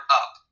up